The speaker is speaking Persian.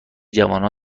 جوانها